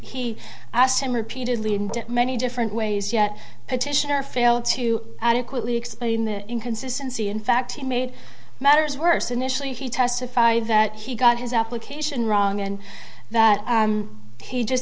asked him repeatedly in many different ways yet petitioner failed to adequately explain the inconsistency in fact he made matters worse initially he testified that he got his application wrong and that he just